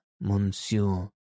monsieur